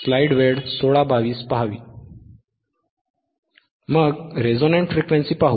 मग resonant frequency पाहू